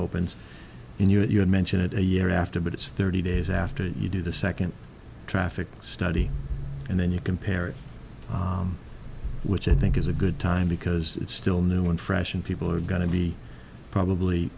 opens and you had mentioned it a year after but it's thirty days after you do the second traffic study and then you compare it which i think is a good time because it's still new and fresh and people are going to be probably